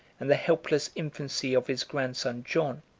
and the helpless infancy of his grandson john,